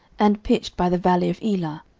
and pitched by the valley of elah,